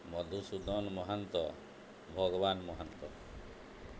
Madhusudan Mahanta Bhagaban Mahanta